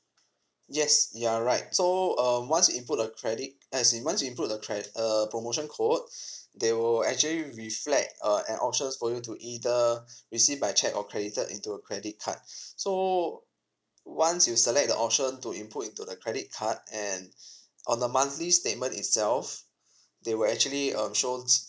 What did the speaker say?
yes you're right so um once you input the credit as in once you input the cre~ uh promotion code they will actually reflect uh an option for you to either receive by check or created into a credit card so once you select the option to input into the credit card and on a monthly statement itself they will actually um shows